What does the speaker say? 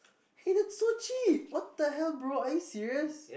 hey that's so cheap what the hell bro are you serious